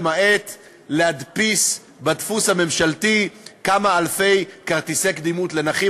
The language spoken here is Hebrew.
למעט להדפיס בדפוס הממשלתי כמה אלפי כרטיסי קדימות לנכים,